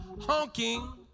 honking